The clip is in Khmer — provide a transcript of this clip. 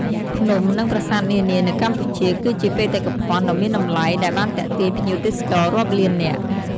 ភ្នំ និងប្រាសាទនានានៅកម្ពុជា គឺជាបេតិកភណ្ឌដ៏មានតម្លៃដែលបានទាក់ទាញភ្ញៀវទេសចររាប់លាននាក់។